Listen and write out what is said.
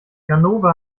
ganove